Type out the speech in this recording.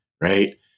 right